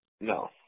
No